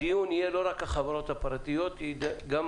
הדיון יהיה לא רק על חברות הפרטיות אלא על